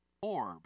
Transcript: Orb